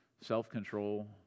self-control